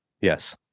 Yes